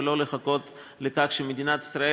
ולא לחכות לכך שמדינת ישראל,